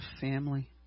family